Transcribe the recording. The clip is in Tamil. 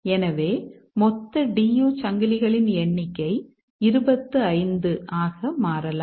எனவே மொத்த DU சங்கிலிகளின் எண்ணிக்கை 25 ஆக மாறலாம்